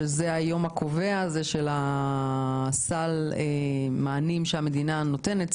שזה היום הקובע לסל המענים שהמדינה נותנת,